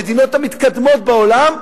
המדינות המתקדמות בעולם,